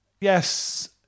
yes